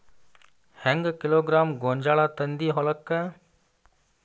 ಹೆಂಗ್ ಕಿಲೋಗ್ರಾಂ ಗೋಂಜಾಳ ತಂದಿ ಹೊಲಕ್ಕ?